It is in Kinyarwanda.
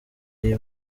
iyi